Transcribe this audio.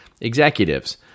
executives